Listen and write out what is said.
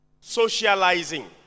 socializing